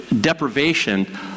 deprivation